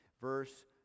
verse